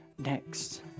Next